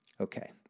Okay